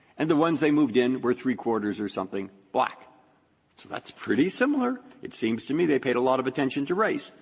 and the ones they moved in were three-quarters or something black. so that's pretty similar. it seems to me they paid a lot of attention to race.